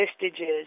vestiges